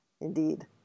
Indeed